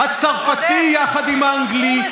הצרפתי יחד עם האנגלי,